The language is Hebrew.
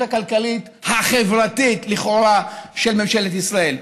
הכלכלית החברתית-לכאורה של ממשלת ישראל.